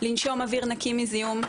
לנשום אוויר נקי מזיהום,